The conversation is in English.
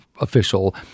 official